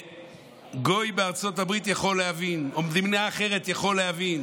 שגוי בארצות הברית או במדינה אחרת יכול להבין,